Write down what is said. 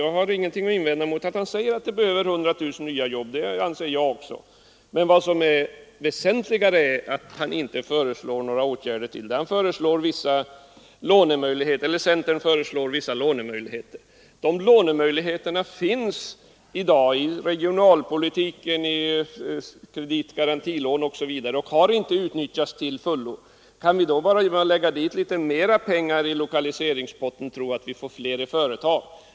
Jag har ingenting att invända mot att han säger att vi behöver 100 000 nya jobb; det anser jag också. Vad som är väsentligare är att han inte föreslår några åtgärder. Centern föreslår vissa lånemöjligheter. Dessa lånemöjligheter finns i dag i regionalpolitiken, i form av kreditgarantilån osv. och har inte utnyttjats till fullo. Kan vi då genom att lägga litet mera pengar i lokaliseringspotten tro att vi får fler företag?